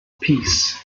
peace